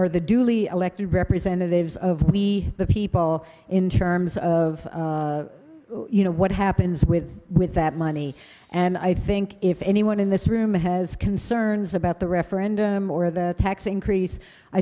or the duly elected representatives of we the people in terms of you know what happens with with that money and i think if anyone in this room has concerns about the referendum or the tax increase i